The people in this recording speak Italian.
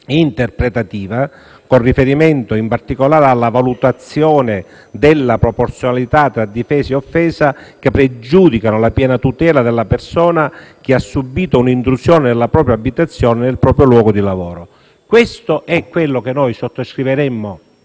interpretativa (con riferimento in particolare alla valutazione della proporzionalità tra difesa e offesa) che pregiudicano la piena tutela della persona che ha subìto un'intrusione nella propria abitazione e nel proprio luogo di lavoro». Questo è quanto noi sottoscriviamo